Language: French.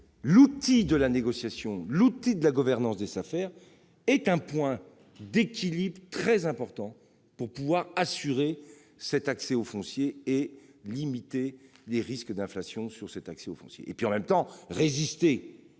L'outil de la négociation, l'outil de la gouvernance des SAFER est un point d'équilibre très important pour assurer cet accès au foncier, limiter les risques d'inflation sur cet accès et, en même temps, résister